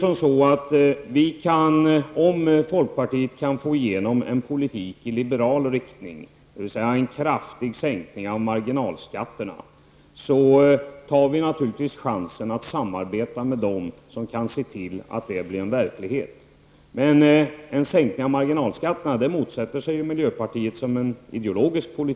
Om folkpartiet kan få igenom en politik i liberal riktning, som innebär en kraftig sänkning av marginalskatterna, tar vi naturligtvis vara på det tillfället och samarbetar med dem som kan se till att det här blir verklighet. Men en sänkning av marginalskatterna motsätter sig miljöpartiet av ideologiska skäl.